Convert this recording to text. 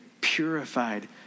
purified